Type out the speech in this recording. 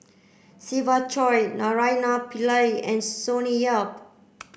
Siva Choy Naraina Pillai and Sonny Yap